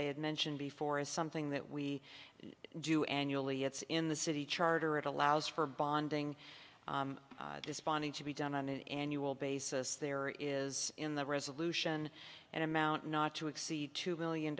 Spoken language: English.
i had mentioned before is something that we do annually it's in the city charter it allows for bonding desponding to be done on an annual basis there is in the resolution an amount not to exceed two billion